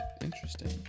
interesting